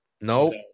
No